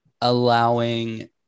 allowing